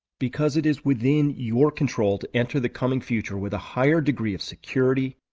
because it is within your control to enter the coming future with a higher degree of security,